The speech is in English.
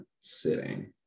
sitting